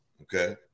okay